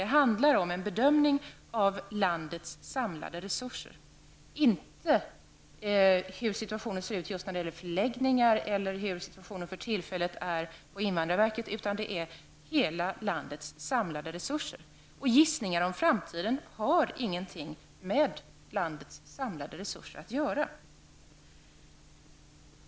Det handlar om en bedömning av hela landets samlade resurser, inte om hur situationen ser ut när det gäller förläggningar eller om hur situationen för tillfället ser ut på invandrarverket. Gissningar om framtiden har ingenting med landets samlade resurser att göra.